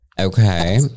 Okay